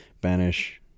Banish